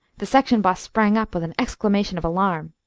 the section boss sprang up with an exclamation of alarm.